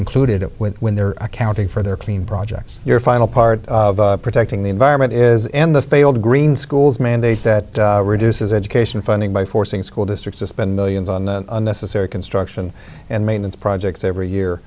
include it when they're accounting for their clean projects your final part of protecting the environment is in the failed green schools mandate that reduces education funding by forcing school districts to spend millions on unnecessary construction and maintenance projects every year